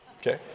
Okay